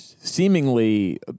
seemingly